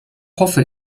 hoffe